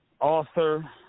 author